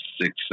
six